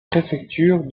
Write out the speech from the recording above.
préfecture